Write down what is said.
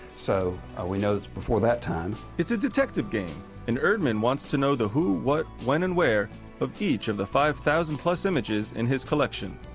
so we know it's before that time. narrator it's a detective game and erdman wants to know the who, what, when, and where of each of the five thousand plus images in his collection.